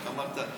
איך אמרת?